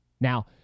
Now